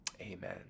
Amen